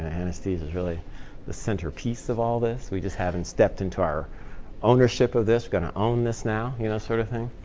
ah anesthesia is really the centerpiece of all this. we just haven't stepped into our ownership of this. we're going to own this now you know sort of thing.